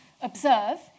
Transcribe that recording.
observe